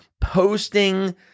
Posting